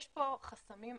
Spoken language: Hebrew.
יש פה חסמים אחרים,